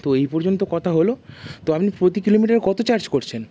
তো এই পর্যন্ত কথা হল তো আপনি প্রতি কিলোমিটার কত চার্জ করছেন